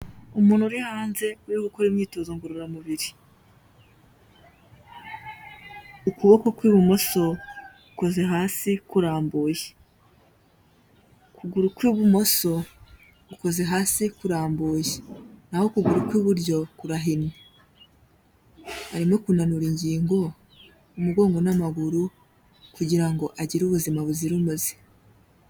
Umuntu uri hanze uri gukora imyitozo ngororamubiri, ukuboko kw'ibumoso gukoze hasi, ukuguru kw'ibumoso gukoze hasi kurambuye, naho ukuguru kw'iburyo kurahinnye, arimo kunanura ingingo, umugongo, n'amaguru kugira ngo agire ubuzima buzira umuze.